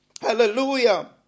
Hallelujah